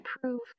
prove